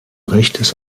rechtes